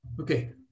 okay